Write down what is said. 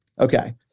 Okay